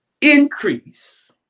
increase